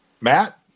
Matt